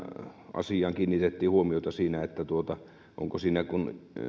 asiaan kiinnitettiin huomiota siinä että kun